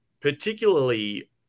particularly